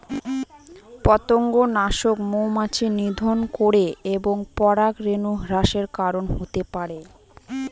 পতঙ্গনাশক মৌমাছি নিধন করে এবং পরাগরেণু হ্রাসের কারন হতে পারে